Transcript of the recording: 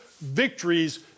victories